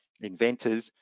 invented